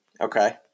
Okay